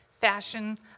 fashion